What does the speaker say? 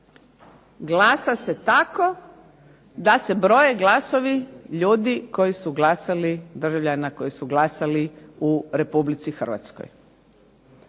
glasa se tako da se broje glasovi ljudi koji su glasali, državljana koji su glasali u Republici Hrvatskoj.